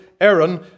Aaron